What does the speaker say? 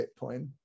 Bitcoin